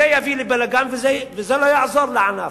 זה יביא לבלגן וזה לא יעזור לענף.